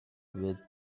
with